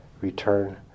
return